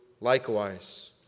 likewise